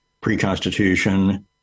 pre-Constitution